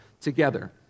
together